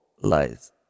lies